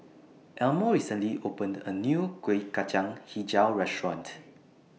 Elmo recently opened A New Kuih Kacang Hijau Restaurant